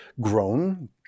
grown